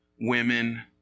women